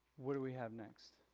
what do we have next?